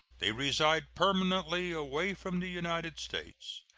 they reside permanently away from the united states,